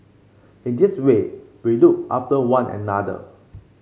in this way we look after one another